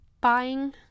buying